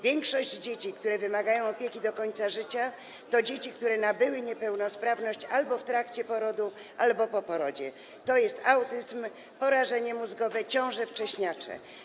Większość dzieci, które wymagają opieki do końca życia, to dzieci, które nabyły niepełnosprawność albo w trakcie porodu, albo po porodzie, to jest autyzm, porażenie mózgowe, ciąże wcześniacze.